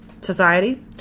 society